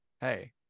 Hey